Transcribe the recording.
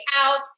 out